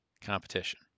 competition